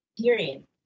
period